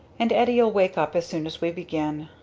and eddie'll wake up as soon as we begin.